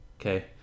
okay